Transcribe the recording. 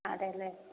അതേയല്ലേ